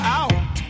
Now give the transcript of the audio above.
out